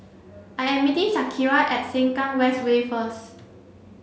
I am meeting Shakira at Sengkang West Way first